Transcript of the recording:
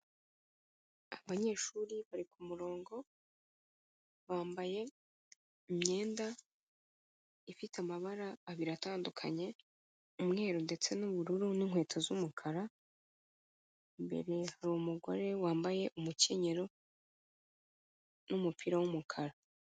Abanyeshuri bari ku murongo, bambaye imyenda ifite amabara abiri atandukanye, umweru ndetse n'ubururu n'inkweto z'umukara, imbere hari umugore wambaye umukenyero n'umupira w'umukara.